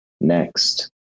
next